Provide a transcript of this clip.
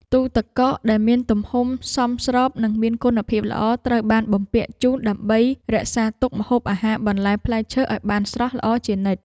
ទូទឹកកកដែលមានទំហំសមស្របនិងមានគុណភាពល្អត្រូវបានបំពាក់ជូនដើម្បីរក្សាទុកម្ហូបអាហារបន្លែផ្លែឈើឱ្យបានស្រស់ល្អជានិច្ច។